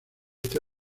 este